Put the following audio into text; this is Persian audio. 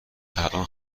الان